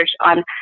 on